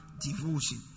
devotion